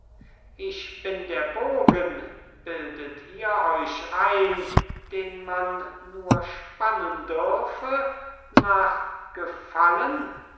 ich bin der bogen bildet ihr euch ein den man nur spannen dürfe nach gefallen